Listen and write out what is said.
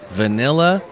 vanilla